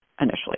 initially